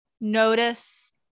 notice